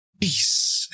peace